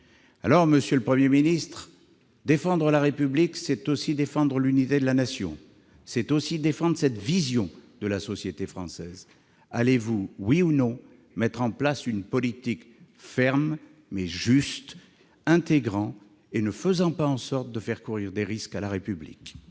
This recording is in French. Monsieur le Premier ministre, défendre la République, c'est aussi défendre l'unité de la Nation et cette vision de la société française. Allez-vous oui ou non mettre en place une politique ferme, mais juste, qui intègre sans faire courir de risques à la République ?